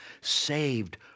Saved